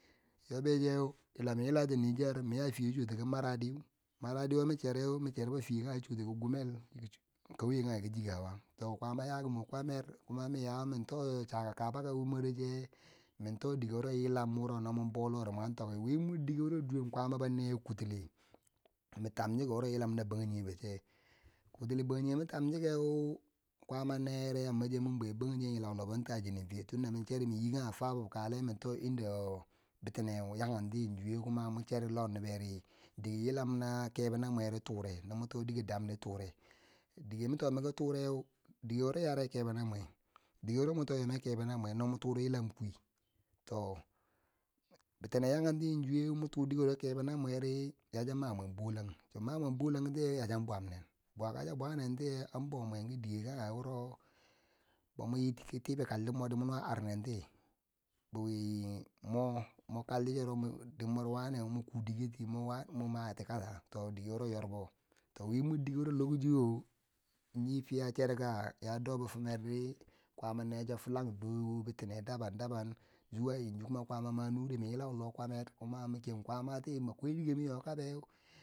Yobecheu yila min yilati niger mim ya fiye chi chwuti ki maradiu, maradi wo mi chereu mi cherfo fiye kange chi chwuti ki kumel chiki kauye kange ki jigawa, to kwaama yaki mwo kwamar kuma min ya mim to chaka kaba mworiche, mimto dike woro yilam wo no mun bo lori mwan tokeu wi mor dike wuro duwen kwama bo nye kutile min tam cheko ri wo yilam na bangingebo che, kutile banginbo min tan chikeu kwaama neyere, a masayin bwe bangjige in yilau lo bon ta chinen fiye tunda min chere min nyi kange fabob kaleu, mim to inda bitineu yakenti yanzu we, kuma mwon chere lo niberi dike yilam na kebo na mweri tore no mwom to dike damri ture, dike ma toki tureu dike wuro yare kebo na mwe dike wuro mun to yome, kebo na mwe no mwon tumdi yilam kwiyi, to bitine yakenti yanzu mwon tu dike wuro kibo na mweri ya chian ma mwen bolang, chiya ma mwen bolangtiyeu ya chiyan bwam nen bwakako chiya bwanentiyeu an bo mwen ki dike kange wuro bo mwan nyi tiber kalti mwori harnenti, bi we mwo, mwo kanti chereu den mwero wane mwon ku dikerti mwan mati kasa dike wuro yorbo, to wi mor dike wuro lokaci nye fiya cherka ya, a do bifimerdi, kwaama necho filang do bitine daban daban zuwa yanzu, kuma kwaama ma nure min yilau lo kwamer min ken kwaamati a kwal dike miyo kabe.